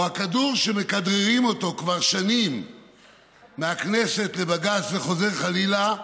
או הכדור שמכדררים אותו כבר שנים מהכנסת לבג"ץ וחוזר חלילה,